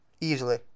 easily